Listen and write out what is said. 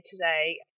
today